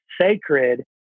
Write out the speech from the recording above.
sacred